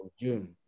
June